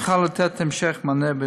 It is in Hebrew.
נוכל לתת המשך מענה,